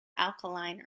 alkaline